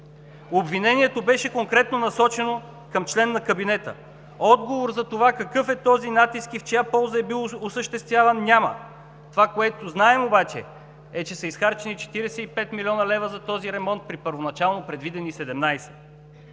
Обвинението беше конкретно насочено към член на кабинета. Отговор за това какъв е този натиск и в чия полза е бил осъществяван няма. Това, което знаем, обаче, е, че са изхарчени 45 млн. лв. за този ремонт при първоначално предвидени 17.